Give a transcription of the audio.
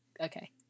okay